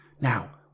Now